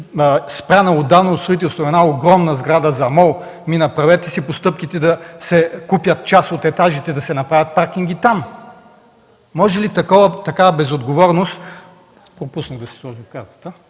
спряна от строителство една огромна сграда за МОЛ. Ами, направете си постъпките да купят част от етажите и да се направят паркинги там. Може ли такава безотговорност?! Пропуснах да си сложа картата.